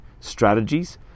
strategies